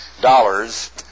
dollars